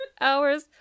hours